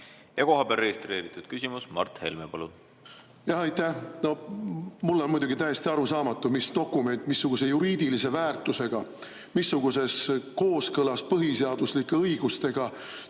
Ja kohapeal registreeritud küsimus, Mart Helme, palun! Aitäh! Mulle on muidugi täiesti arusaamatu, mis dokument, missuguse juriidilise väärtusega, missuguses kooskõlas põhiseaduslike õigustega,